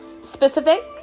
Specific